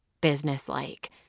businesslike